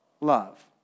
love